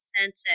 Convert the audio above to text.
authentic